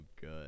good